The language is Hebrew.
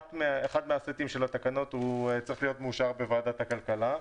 אחד מהסטים של התקנות צריך להיות מאושר בוועדת הכלכלה.